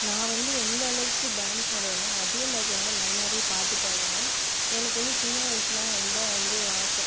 நான் வந்து எந்த அளவுக்கு டான்ஸ் ஆடுவேனோ அதேமாதிரி ரொம்ப நல்லாவே பாட்டு பாடுவேன் எனக்கு வந்து சின்ன வயசில் ரொம்ப வந்து ஆசை